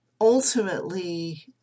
ultimately